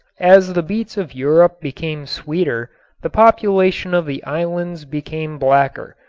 as the beets of europe became sweeter the population of the islands became blacker.